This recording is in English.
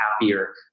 happier